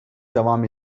devam